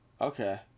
Okay